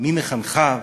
מי מחנכיו?